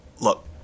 look